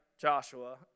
Joshua